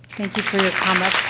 thank you for your comment.